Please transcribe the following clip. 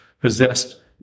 possessed